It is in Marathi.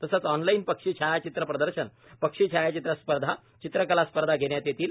तसेच ऑनलाईन पक्षी छायाचित्रप्रदर्शन पक्षी छायाचित्र स्पर्धा चित्रकला स्पर्धा घेण्यात येतील